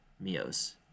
Mio's